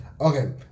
Okay